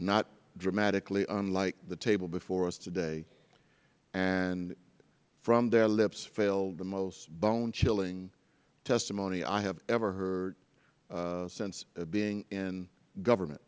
not dramatically unlike the table before us today and from their lips fell the most bone chilling testimony i have ever heard since being in government